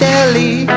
Deli